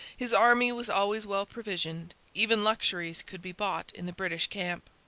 his army was always well provisioned even luxuries could be bought in the british camp.